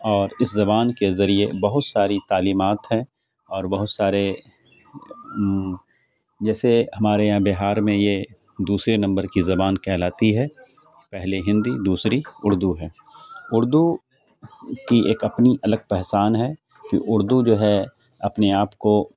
اور اس زبان کے ذریعے بہت ساری تعلیمات ہیں اور بہت سارے جیسے ہمارے یہاں بہار میں یہ دوسرے نمبر کی زبان کہلاتی ہے پہلے ہندی دوسری اردو ہے اردو کی ایک اپنی الگ پہچان ہے کہ اردو جو ہے اپنے آپ کو